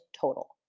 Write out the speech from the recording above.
total